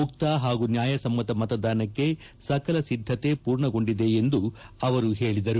ಮುಕ್ತ ಹಾಗೂ ನ್ನಾಯಸಮ್ತ ಮತದಾನಕ್ಕೆ ಸಕಲ ಸಿದ್ಧತೆ ಪೂರ್ಣಗೊಂಡಿದೆ ಎಂದು ಆವರು ಹೇಳಿದರು